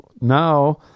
Now